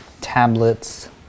tablets